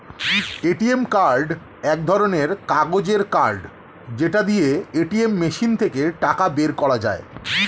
ATM card এক ধরণের কাগজের কার্ড যেটা দিয়ে এটিএম মেশিন থেকে টাকা বের করা যায়